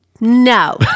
No